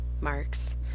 Marks